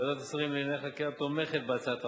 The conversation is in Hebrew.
ועדת השרים לענייני חקיקה תומכת בהצעת החוק,